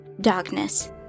darkness